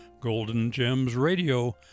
goldengemsradio